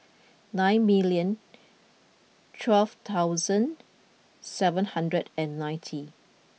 nine million twelve thousand seven hundred and ninety